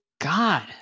God